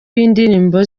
b’indirimbo